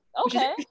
Okay